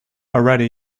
already